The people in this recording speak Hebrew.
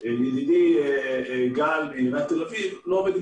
ידידי גל מעיריית תל אביב לא עובד עם